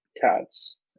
cats